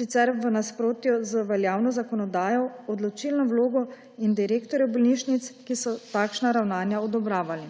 sicer v nasprotju z veljavno zakonodajo odločilno vlogo, in direktorjev bolnišnic, ki so takšna ravnanja odobravali.